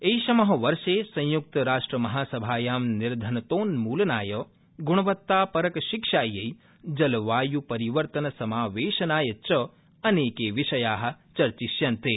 ऐषम वर्षे संयुक्तराष्ट्रमहासभायां निर्धनतोन्मुलनाय गुणवत्तापरकशिक्षायै जलवाय् परिवर्तनसमावेशनाय च अनेके विषया चर्चिष्यन्ते